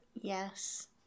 Yes